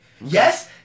Yes